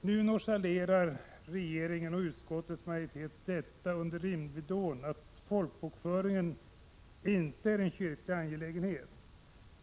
Nu nonchalerar regeringen och utskottets majoritet detta under dimridån att folkbokföringen inte är en kyrklig angelägenhet.